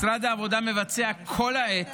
משרד העבודה מבצע כל העת